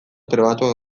trebatuak